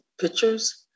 pictures